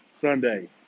Sunday